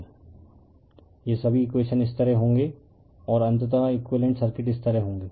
refer slide time' 2959 ये सभी equation इस तरह होंगे और अंततः इकुईवेलेंट सर्किट इस तरह होंगे